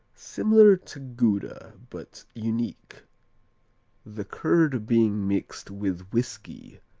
similar to gouda, but unique the curd being mixed with whiskey,